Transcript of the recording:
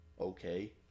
Okay